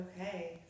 Okay